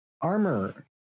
armor